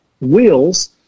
wheels